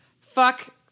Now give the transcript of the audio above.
Fuck